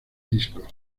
disco